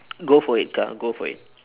go for it ka go for it